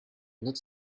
not